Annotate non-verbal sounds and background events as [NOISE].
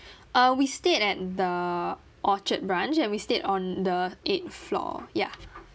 [BREATH] uh we stayed at the orchard branch and we stayed on the eight floor ya